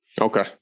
Okay